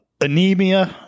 anemia